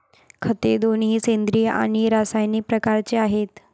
खते दोन्ही सेंद्रिय आणि रासायनिक प्रकारचे आहेत